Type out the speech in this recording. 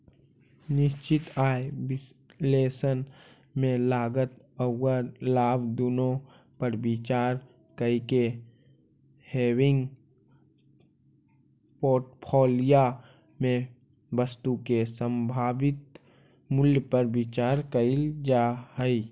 निश्चित आय विश्लेषण में लागत औउर लाभ दुनो पर विचार कईके हेविंग पोर्टफोलिया में वस्तु के संभावित मूल्य पर विचार कईल जा हई